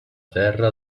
terra